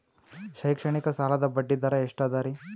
ಶೈಕ್ಷಣಿಕ ಸಾಲದ ಬಡ್ಡಿ ದರ ಎಷ್ಟು ಅದರಿ?